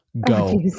Go